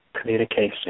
Communication